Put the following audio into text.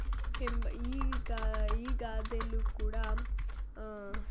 ಎಂಬ ಈ ಗಾ ಈ ಗಾದೆಲೂ ಕೂಡ